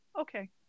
okay